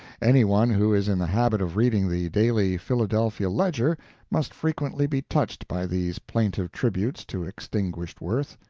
any one who is in the habit of reading the daily philadelphia ledger must frequently be touched by these plaintive tributes to extinguished worth.